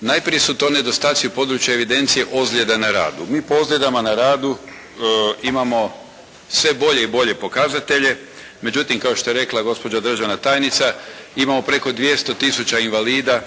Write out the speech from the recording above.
Najprije su to nedostaci u području evidencije ozljeda na radu. Mi po ozljedama na radu imamo sve bolje i bolje pokazatelje. Međutim kao što je rekla gospođa državna tajnica, imamo preko 200 tisuća invalida